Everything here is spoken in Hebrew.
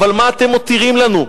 אבל מה אתם מותירים לנו?